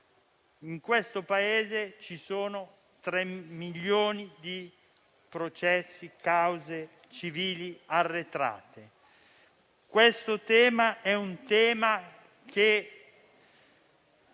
In questo Paese ci sono tre milioni di processi e cause civili arretrate. Questo è un tema che